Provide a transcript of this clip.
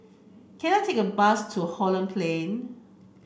can I take a bus to Holland Plain